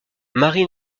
mary